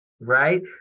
Right